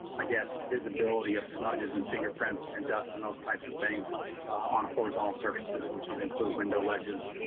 i guess, and visibility of smudges and fingerprints and dust, and those types of things on horizontal surfaces, which would include window ledges,